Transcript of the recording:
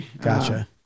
gotcha